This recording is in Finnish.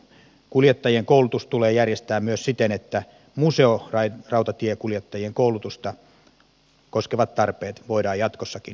kuljettajien koulutus tulee järjestää myös siten että museorautatiekuljettajien koulutusta koskevat tarpeet voidaan jatkossakin turvata